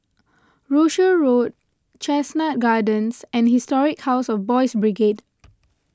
Rochor Road Chestnut Gardens and Historic House of Boys' Brigade